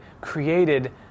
created